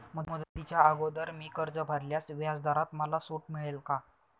मुदतीच्या अगोदर मी कर्ज भरल्यास व्याजदरात मला सूट मिळेल का?